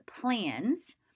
plans